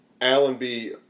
Allenby